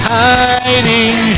hiding